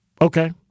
okay